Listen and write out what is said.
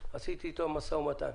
עשיתי איתם משא ומתן.